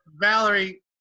valerie